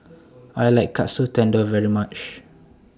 I like Katsu Tendon very much